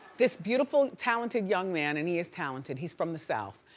this beautiful talented young man and he is talented, he's from the south.